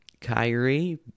Kyrie